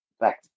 back